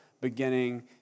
beginning